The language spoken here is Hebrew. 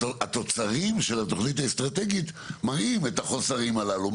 התוצרים של התוכנית האסטרטגית מראים את החוסרים הללו.